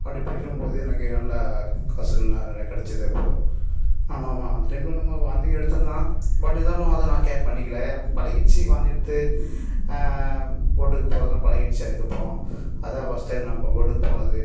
அப்படி பிடிக்கும் போது எனக்கு நல்ல காஸுகள் நிறைய கிடைச்சிது அப்போ ஆனால் அந்த டைமில் நம்ம வாந்தி எடுத்தந்தான் பட் இருந்தாலும் அதை நான் கேர் பண்ணிக்கலை எனக்கு பழகிடுச்சு வாந்தி எடுத்து போட்டுக்கு போகிறதெல்லாம் பழகிடுச்சு அதுக்கப்புறோம் அதான் ஃபஸ்ட் டைம் நம்ம போட்டுக்கு போனது